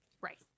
Right